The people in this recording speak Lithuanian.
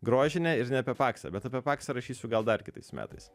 grožinę ir ne apie paksą bet apie paksą rašysiu gal dar kitais metais